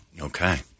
Okay